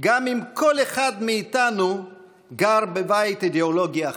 גם אם כל אחד מאיתנו גר בבית אידיאולוגי אחר,